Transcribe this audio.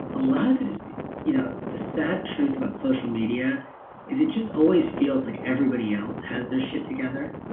a lot of it is. you know the sad truth about social media is it just always feels like everybody else has their shit together,